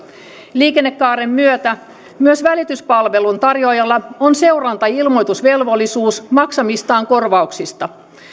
liikennekaaren myötä myös välityspalvelun tarjoajalla on seurantailmoitusvelvollisuus maksamistaan korvauksista